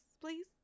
please